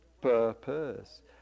purpose